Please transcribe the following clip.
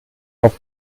auf